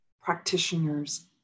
practitioners